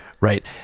Right